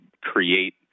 create